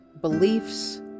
beliefs